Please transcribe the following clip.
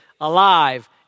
alive